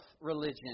religion